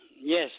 Yes